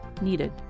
needed